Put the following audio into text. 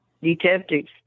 detectives